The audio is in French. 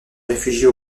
réfugier